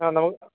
ആ നമു